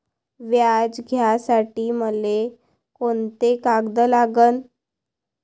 व्याज घ्यासाठी मले कोंते कागद लागन?